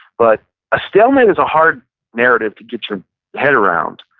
but a stalemate is a hard narrative to get your head around.